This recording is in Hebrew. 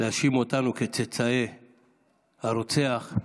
להאשים אותנו כצאצאי הרוצח.